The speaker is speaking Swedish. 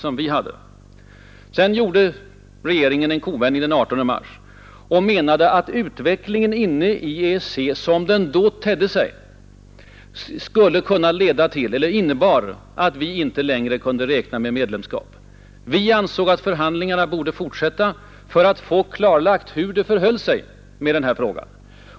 Men den 18 mars gjorde regeringen en kovändning och menade att utvecklingen inom EEC, sådan den då tedde sig, innebar att vi inte längre kunde räkna med medlemskap. Vi ansåg dock att förhandlingarna borde fortsätta, bl.a. för att få klarlagt hur det förhöll sig med den frågan.